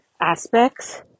aspects